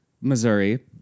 Missouri